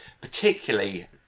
particularly